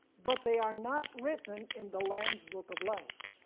but they are not written in the lamb's book of life,